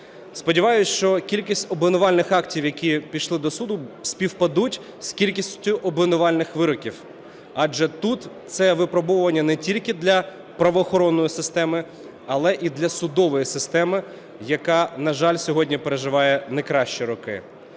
сподіваюсь, що кількість обвинувальних актів, які пішли до суду, співпадуть з кількістю обвинувальних вироків. Адже тут це випробовування не тільки для правоохоронної системи, але і для судової системи, яка, на жаль, сьогодні переживає не кращі роки.